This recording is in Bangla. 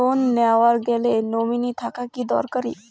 লোন নেওয়ার গেলে নমীনি থাকা কি দরকারী?